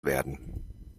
werden